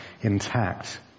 intact